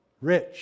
rich